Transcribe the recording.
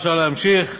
אפשר להמשיך.